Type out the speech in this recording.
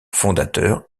fondateur